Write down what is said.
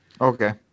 Okay